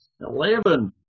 Eleven